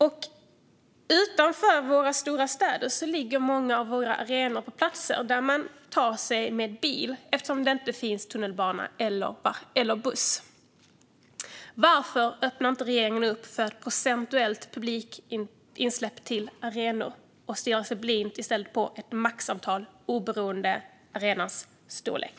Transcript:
Många av våra arenor utanför våra stora städer ligger på platser dit man tar sig med bil eftersom det inte finns tunnelbana eller buss. Varför öppnar regeringen inte upp för ett procentuellt publikinsläpp till arenor i stället för att stirra sig blind på ett maxantal oberoende av arenans storlek?